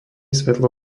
svetlo